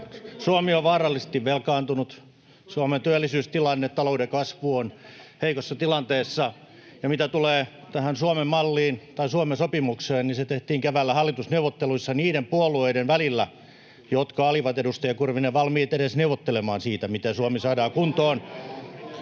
Suomi on vaarallisesti velkaantunut, Suomen työllisyystilanne, talouden kasvu on heikossa tilanteessa, ja mitä tulee tähän Suomen-malliin tai Suomen sopimukseen, niin se tehtiin keväällä hallitusneuvotteluissa niiden puolueiden välillä, jotka olivat, edustaja Kurvinen, valmiita edes neuvottelemaan siitä, miten Suomi saadaan kuntoon.